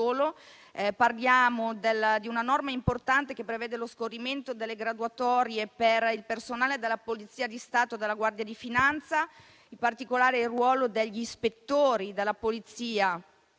Parliamo di una norma importante, che prevede lo scorrimento delle graduatorie per il personale della Polizia di Stato e della Guardia di finanza, e in particolare il ruolo degli ispettori di Polizia,